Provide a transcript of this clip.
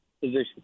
position